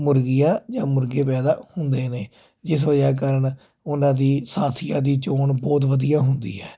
ਮੁਰਗੀਆਂ ਮੁਰਗੇ ਪੈਦਾ ਹੁੰਦੇ ਨੇ ਜਿਸ ਵਜ੍ਹਾ ਕਾਰਨ ਉਹਨਾਂ ਦੀ ਸਾਥੀਆਂ ਦੀ ਚੋਣ ਬਹੁਤ ਵਧੀਆ ਹੁੰਦੀ ਹੈ